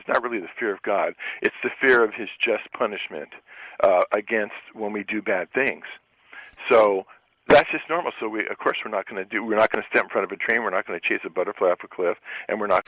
it's not really the fear of god it's the fear of his just punishment against when we do bad things so that's just normal so we a course we're not going to do we're not going to step out of a train we're not going to chase a butterfly after cliff and we're not